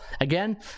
Again